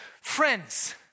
Friends